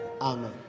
Amen